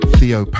Theo